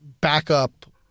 backup